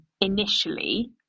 initially